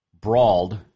brawled